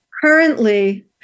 currently